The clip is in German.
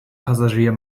passagier